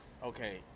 okay